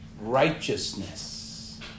righteousness